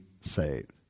saved